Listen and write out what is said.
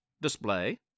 display